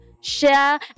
Share